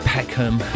Peckham